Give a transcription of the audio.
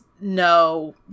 no